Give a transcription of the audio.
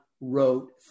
wrote